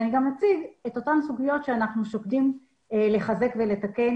אני גם אציג את אותן סוגיות שאנחנו שוקדים לחזק ולתקן